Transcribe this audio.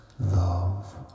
Love